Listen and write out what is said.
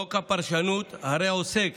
חוק הפרשנות הרי עוסק